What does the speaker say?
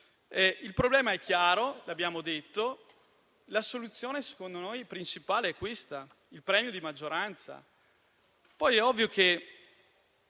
Il problema è chiaro, come abbiamo detto. La soluzione, secondo noi, principale è questa: il premio di maggioranza.